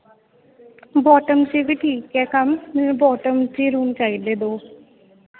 bottom 'ਚ ਵੀ ਠੀਕ ਹੈ ਕੰਮ ਮੈਨੂੰ ਬੋਟਮ 'ਚ ਹੀ ਰੂਮ ਚਾਹੀਦੇ ਦੋ